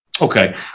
Okay